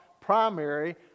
primary